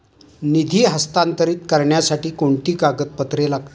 निधी हस्तांतरित करण्यासाठी कोणती कागदपत्रे लागतात?